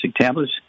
Tablets